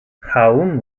howland